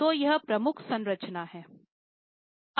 तो यह प्रमुख संरचना है